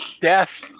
death